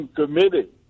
committee